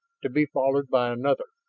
to be followed by another.